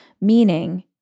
meaning